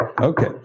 Okay